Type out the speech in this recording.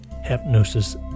hypnosis